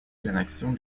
l’annexion